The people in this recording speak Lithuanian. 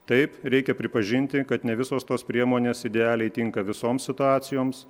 taip reikia pripažinti kad ne visos tos priemonės idealiai tinka visoms situacijoms